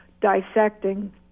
dissecting